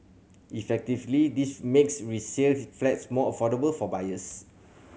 effectively this makes resale his flats more affordable for buyers